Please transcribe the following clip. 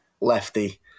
lefty